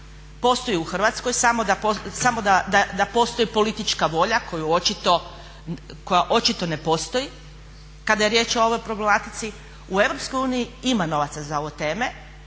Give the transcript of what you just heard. postoji u Hrvatskoj samo da postoji politička volja koja očito ne postoji kada je riječ o ovoj problematici. U Europskoj uniji ima novaca za ove teme